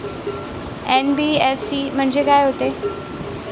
NBFC म्हणजे का होते?